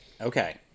Okay